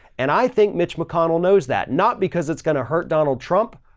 and i think mitch mcconnell knows that not because it's going to hurt donald trump,